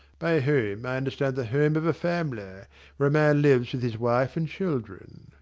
by a home i understand the home of a family, where a man lives with his wife and children.